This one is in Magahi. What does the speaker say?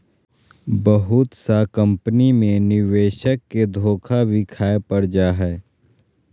बहुत सा कम्पनी मे निवेशक के धोखा भी खाय पड़ जा हय